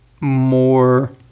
more